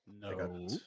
No